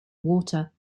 water